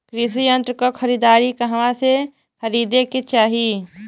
कृषि यंत्र क खरीदारी कहवा से खरीदे के चाही?